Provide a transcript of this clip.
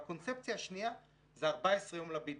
והקונספציה השנייה זה 14 יום בידור.